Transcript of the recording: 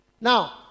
Now